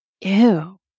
Ew